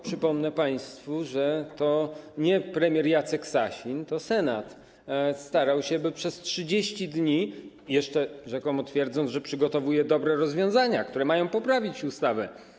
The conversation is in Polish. Przypomnę państwu, że to nie premier Jacek Sasin, że to Senat starał się, by przez 30 dni, jeszcze rzekomo twierdząc, że przygotowuje dobre rozwiązania, które mają poprawić ustawę.